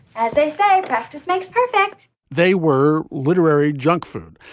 as they say, practice makes perfect they were literary junkfood.